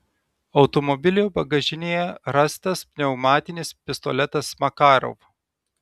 automobilio bagažinėje rastas pneumatinis pistoletas makarov